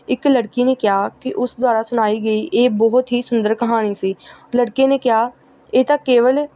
ਇੱਕ ਲੜਕੀ ਨੇ ਕਿਹਾ ਕਿ ਉਸ ਦੁਆਰਾ ਸੁਣਾਈ ਗਈ ਇਹ ਬਹੁਤ ਹੀ ਸੁੰਦਰ ਕਹਾਣੀ ਸੀ ਲੜਕੇ ਨੇ ਕਿਹਾ ਇਹ ਤਾਂ ਕੇਵਲ